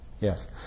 Yes